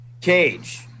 cage